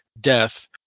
death